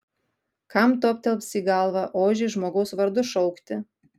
kam toptels į galvą ožį žmogaus vardu šaukti